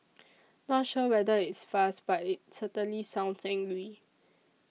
not sure whether it's fast but it certainly sounds angry